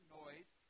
noise